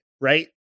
Right